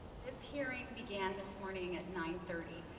this hearing began this morning at nine thirty.